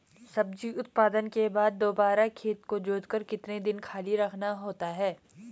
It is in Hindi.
सब्जी उत्पादन के बाद दोबारा खेत को जोतकर कितने दिन खाली रखना होता है?